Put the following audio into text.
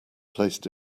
placed